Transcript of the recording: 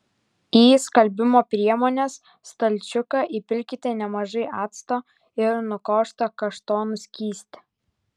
į skalbimo priemonės stalčiuką įpilkite nemažai acto ir nukoštą kaštonų skystį